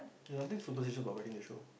there's nothing superstitious about biting the shoe